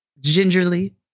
gingerly